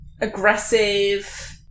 Aggressive